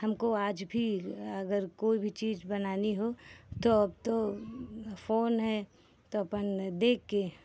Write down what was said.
हमको आज भी अगर कोई भी चीज़ अगर बनानी हो तो अब तो फोन है तो अपन देख के